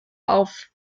auf